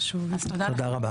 תודה לכם.